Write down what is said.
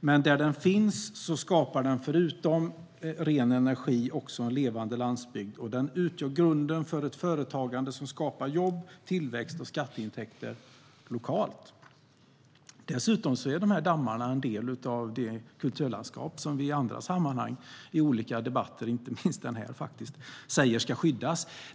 men där den finns skapar den, förutom ren energi, en levande landsbygd som utgör grunden för ett företagande som skapar jobb, tillväxt och skatteintäkter lokalt. Dessutom är dammar en del av det kulturlandskap som vi i andra sammanhang i olika debatter, inte minst den här, säger ska skyddas.